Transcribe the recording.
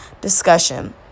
discussion